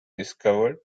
discovered